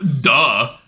Duh